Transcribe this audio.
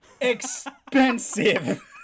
expensive